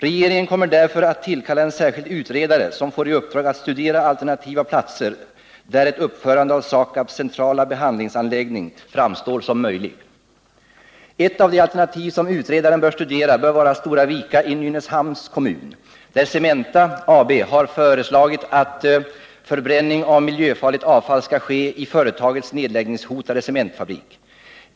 Regeringen kommer därför att tillkalla en särskild utredare, som får i uppdrag att studera alternativa platser där ett uppförande av SAKAB:s centrala behandlingsanläggning framstår som möjlig. Ett av de alternativ som utredaren bör studera bör vara Stora Vika i Nynäshamns kommun, där Cementa AB har föreslagit att förbränning av miljöfarligt avfall skall ske i företagets nedläggningshotade cementfabrik.